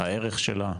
הערך שלה.